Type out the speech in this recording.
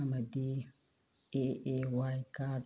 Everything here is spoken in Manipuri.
ꯑꯃꯗꯤ ꯑꯦ ꯑꯦ ꯋꯥꯏ ꯀꯥꯔꯗ